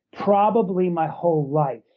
probably my whole life.